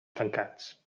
tancats